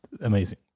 Amazing